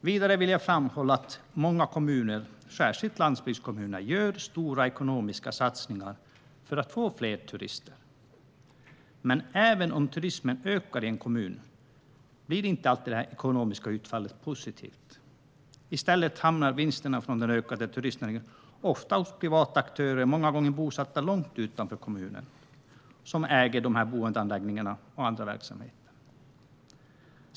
Vidare vill jag framhålla att många kommuner, särskilt landsbygdskommuner, gör stora ekonomiska satsningar för att få fler turister. Men även om turismen i en kommun ökar blir inte alltid det ekonomiska utfallet positivt. I stället hamnar vinsterna från den ökade turistnäringen ofta hos privata aktörer, många gånger bosatta långt utanför kommunen, som äger boendeanläggningar och andra verksamheter.